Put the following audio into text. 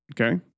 Okay